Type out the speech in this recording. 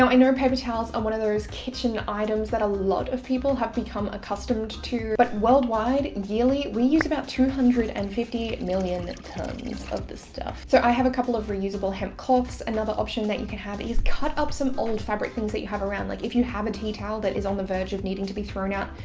i know paper towels are one of those kitchen items that a lot of people have become accustomed to. but worldwide, yearly, we use about two hundred and fifty million tons of this stuff. so i have a couple of reusable hemp cloths. another option that you can have is cut up some old fabric things that you have around. like if you have a tea towel that is on the verge of needing to be thrown out,